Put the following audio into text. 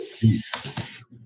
Peace